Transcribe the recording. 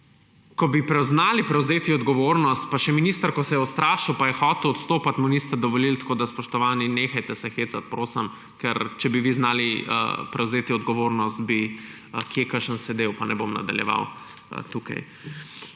ko bi znali prevzeti odgovornost, pa še minister, ko se je ustrašil pa je hotel odstopiti, mu niste dovolili. Spoštovani, nehajte se hecati, prosim, ker če bi vi znali prevzeti odgovornost, bi kje kakšen sedel, pa ne bom nadaljeval tukaj.